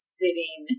sitting